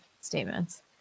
statements